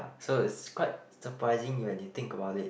so it's quite surprising when you think about it